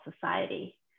society